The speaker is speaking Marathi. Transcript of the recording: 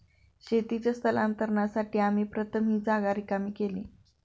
शेतीच्या स्थलांतरासाठी आम्ही प्रथम ही जागा रिकामी केली